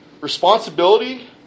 Responsibility